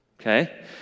Okay